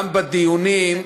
וגם בדיונים,